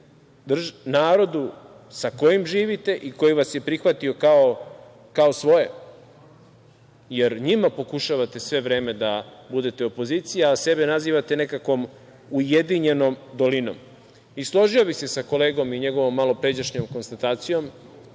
narodu sa kojim živite i koji vas je prihvatio kao svoje, jer njima pokušavate sve vreme da budete opozicija, a sebe nazivate nekakvom Ujedinjenom dolinom. Složio bih se sa kolegom i njegovom malopređašnjom konstatacijom.